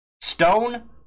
Stone